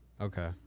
Okay